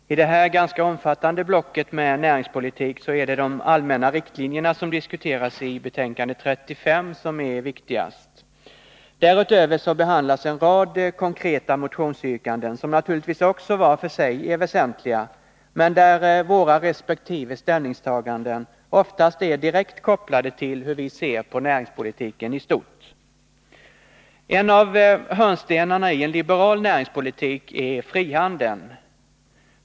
Herr talman! I det här ganska omfattande blocket näringspolitik är det de allmänna riktlinjer som tas upp i betänkande 35 som är viktigast. Därutöver behandlas en rad konkreta motionsyrkanden som naturligtvis också var för sig är väsentliga, men där våra resp. ställningstaganden oftast är direkt kopplade till hur vi ser på näringspolitiken i stort. En av hörnstenarna i en liberal näringspolitik är frihandeln.